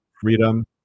Freedom